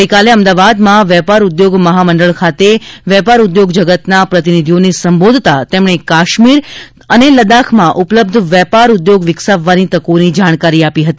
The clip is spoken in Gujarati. ગઇકાલે અમદાવાદમાં વેપાર ઉદ્યોગ મહામંડળ ખાતે વેપાર ઉદ્યોગ જગતના પ્રતિનીધીઓને સંબોધતા તેમણે કાશ્મીર અને લદ્દાખમાં ઉપલબ્ધ વેપાર ઉદ્યોગ વિકસાવવાની તકોની જાણકારી આપી હતી